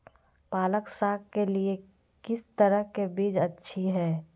पालक साग के लिए किस तरह के बीज अच्छी है?